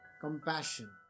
Compassion